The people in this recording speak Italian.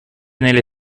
nelle